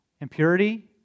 impurity